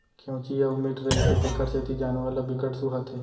केंवची अउ मीठ रहिथे तेखर सेती जानवर ल बिकट सुहाथे